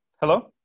hello